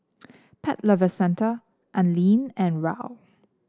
Pet Lovers Centre Anlene and Raoul